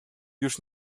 już